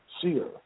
seer